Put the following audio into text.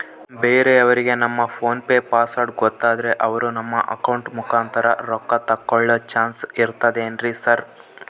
ಬೇರೆಯವರಿಗೆ ನಮ್ಮ PhonePe password ಗೊತ್ತಾದ್ರೆ ಅವರು ನಮ್ಮ ಅಕೌಂಟ್ ಮುಖಾಂತರ ರೊಕ್ಕ ತಕ್ಕೊಳ್ಳೋ ಚಾನ್ಸ್ ಇರ್ತದೆನ್ರಿ ಸರ್?